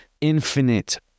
infinite